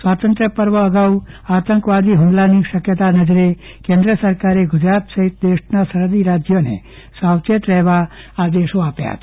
સ્વાતંત્ર્ય પર્વ અગાઉ આતંકવાદી હુમલાની શક્યતા નજરે કેન્દ્ર સરકારે ગુજરાત સહિત દેશના સરહદી રાજ્યોને સાવચેત રહેવા આદેશ આપ્યા છે